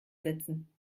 setzen